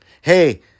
Hey